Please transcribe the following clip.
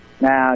now